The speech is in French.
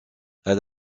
elle